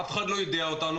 אף אחד לא יידע אותנו.